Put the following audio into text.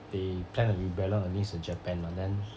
the plan the rebellion on this in japan uh then